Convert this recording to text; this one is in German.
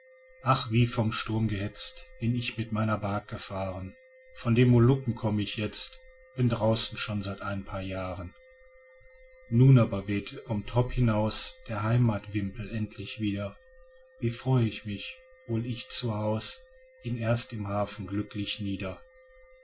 ach wie vom sturm gehetzt bin ich mit meiner bark gefahren von den molukken komm ich jetzt bin draußen schon seit ein paar jahren nun aber weht vom topp hinaus der heimatwimpel endlich wieder wie freu ich mich hol ich zu haus ihn erst im hafen glücklich nieder